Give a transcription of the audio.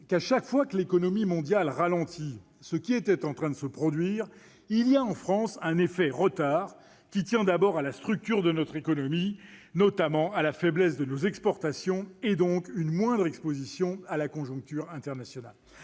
que, chaque fois que l'économie mondiale ralentit, ce qui était en train de se produire, il y a, en France, un effet retard qui tient d'abord à la structure de notre économie, notamment à la faiblesse de nos exportations, et donc à une moindre exposition à la conjoncture internationale.